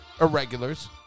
Irregulars